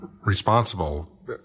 responsible